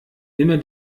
immer